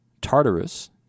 Tartarus